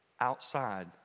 outside